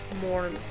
more